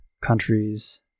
countries